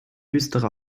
düstere